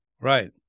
Right